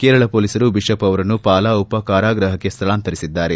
ಕೇರಳ ಮೊಲೀಸರು ಬಿಷಪ್ ಅವರನ್ನು ಪಾಲಾ ಉಪಕಾರಾಗೃಹಕ್ಕೆ ಸ್ಥಳಾಂತರಿಸಿದ್ದಾರೆ